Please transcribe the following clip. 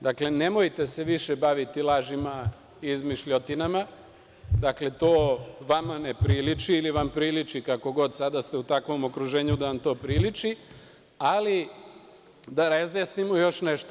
Dakle, nemojte se više baviti lažima i izmišljotinama, to vam ne priliči ili vam priliči, kako god, sada ste u takvom okruženju da vam to priliči, ali da razjasnimo još nešto.